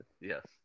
yes